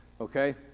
Okay